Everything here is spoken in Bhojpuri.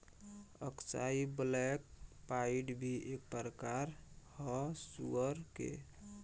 अक्साई ब्लैक पाइड भी एक प्रकार ह सुअर के